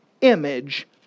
image